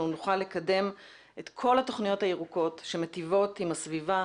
נוכל לקדם את כל התוכניות הירוקות שמיטיבות עם הסביבה,